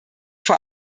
vor